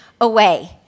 away